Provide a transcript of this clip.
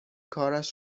کارش